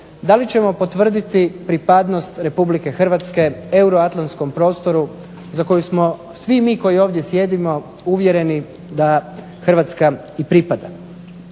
da li ćemo potvrditi pripadnost Republike Hrvatske Euroatlantskom prostoru za koji smo svi mi koji ovdje sjedimo uvjereni da Hrvatska i pripada.